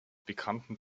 bekannten